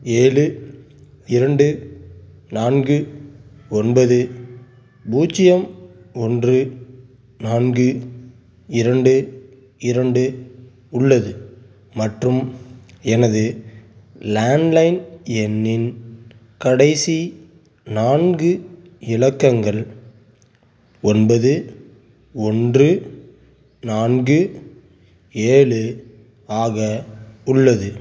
ஏழு இரண்டு நான்கு ஒன்பது பூஜ்ஜியம் ஒன்று நான்கு இரண்டு இரண்டு உள்ளது மற்றும் எனது லேண்ட் லைன் எண்ணின் கடைசி நான்கு இலக்கங்கள் ஒன்பது ஒன்று நான்கு ஏழு ஆக உள்ளது